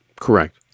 Correct